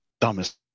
dumbest